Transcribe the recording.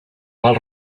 mal